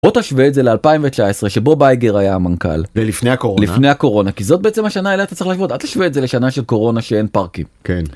או תשווה את זה ל-2019 שבו בייגר היה המנכ״ל ולפני הקורונה כי זאת בעצם השנה האלה שאתה צריך לשווה את זה לשנה של קורונה שאין פארקים. כן.